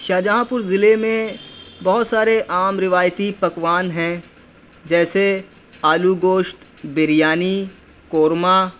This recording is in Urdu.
شاہجہاں پور ضلعے میں بہت سارے عام روایتی پکوان ہیں جیسے آلو گوشت بریانی قورمہ